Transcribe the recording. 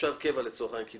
אבל